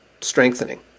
strengthening